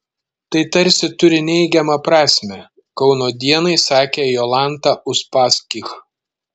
tai tarsi turi neigiamą prasmę kauno dienai sakė jolanta uspaskich